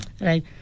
Right